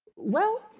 well